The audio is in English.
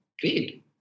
Great